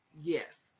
Yes